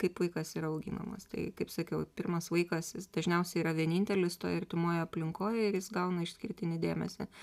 kaip vaikas yra auginamas tai kaip sakiau pirmas vaikas jis dažniausiai yra vienintelis toj artimoj aplinkoj ir jis gauna išskirtinį dėmesį